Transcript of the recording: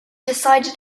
decided